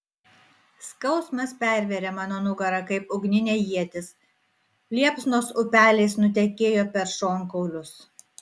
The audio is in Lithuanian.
skausmas pervėrė mano nugarą kaip ugninė ietis liepsnos upeliais nutekėjo per šonkaulius